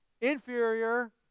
inferior